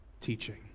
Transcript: teaching